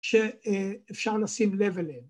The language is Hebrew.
‫שאפשר לשים לב אליהם.